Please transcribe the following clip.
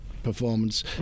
performance